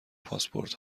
پاسپورت